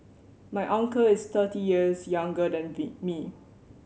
my uncle is thirty years younger than me